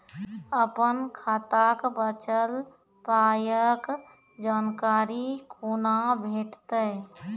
अपन खाताक बचल पायक जानकारी कूना भेटतै?